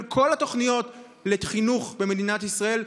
של כל התוכניות לחינוך במדינת ישראל,